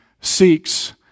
seeks